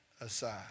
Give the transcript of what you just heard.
aside